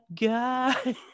guy